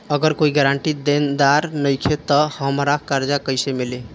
अगर कोई गारंटी देनदार नईखे त हमरा कर्जा कैसे मिली?